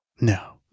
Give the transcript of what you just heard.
No